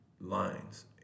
lines